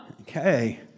Okay